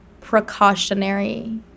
precautionary